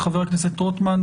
חבר הכנסת רוטמן,